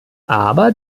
aber